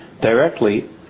directly